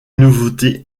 nouveautés